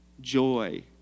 joy